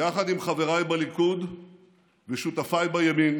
יחד עם חבריי בליכוד ושותפיי בימין